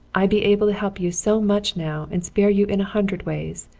i'd be able to help you so much now and spare you in a hundred ways.